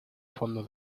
fondo